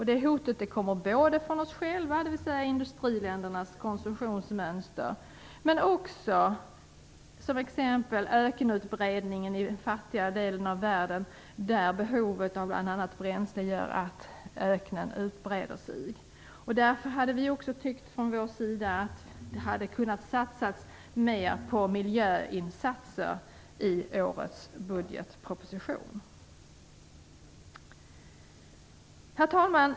Det hotet kommer från oss själva, dvs. industriländernas konsumtionsmönster, men också i form av t.ex. ökenutbredning i den fattigare delen av världen, där behovet av bl.a. bränsle gör att öknen breder ut sig. Därför tycker vi också från vår sida att det hade kunnat satsas mer på miljöinsatser i årets budgetproposition. Herr talman!